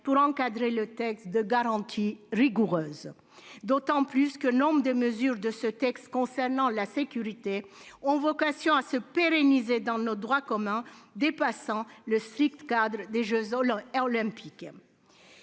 pour encadrer le texte de garanties rigoureuses. Et ce d'autant plus que nombre des mesures concernant la sécurité ont vocation à se pérenniser dans notre droit commun, dépassant ainsi le strict cadre des jeux Olympiques.